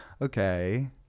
okay